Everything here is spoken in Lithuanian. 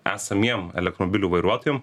esamiem elektromobilių vairuotojam